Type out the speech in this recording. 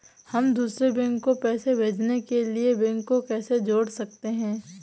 हम दूसरे बैंक को पैसे भेजने के लिए बैंक को कैसे जोड़ सकते हैं?